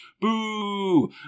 boo